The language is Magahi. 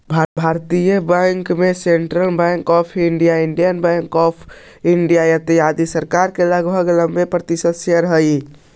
भारतीय बैंक में central bank of India, Indian bank, bank of India, इत्यादि में सरकार के लगभग नब्बे प्रतिशत शेयर हइ